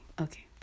Okay